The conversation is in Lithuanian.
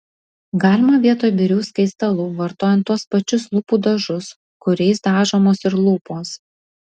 galima vietoj birių skaistalų vartojant tuos pačius lūpų dažus kuriais dažomos ir lūpos